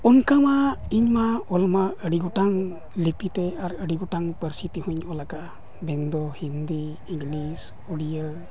ᱚᱱᱠᱟ ᱢᱟ ᱤᱧ ᱢᱟ ᱚᱞ ᱢᱟ ᱟᱹᱰᱤ ᱜᱚᱴᱟᱝ ᱞᱤᱯᱤᱛᱮ ᱟᱨ ᱟᱹᱰᱤ ᱜᱚᱴᱟᱝ ᱯᱟᱹᱨᱥᱤ ᱛᱮᱦᱚᱧ ᱚᱞ ᱠᱟᱜᱼᱟ ᱢᱮᱱᱫᱚ ᱦᱤᱱᱫᱤ ᱤᱝᱞᱤᱥ ᱩᱲᱤᱭᱟᱹ